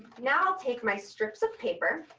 now i'll take my strips of paper